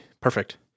Perfect